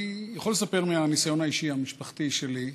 אני יכול לספר מהניסיון האישי המשפחתי שלי: